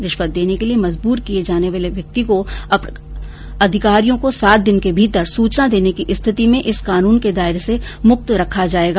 रिश्वत देने के लिए मजबूर किए जाने वाले व्यक्ति को अधिकारियों को सात दिन के भीतर सूचना देने की स्थिति में इस कानून के दायरे से मुक्त रखा जाएगा